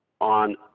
on